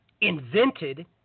invented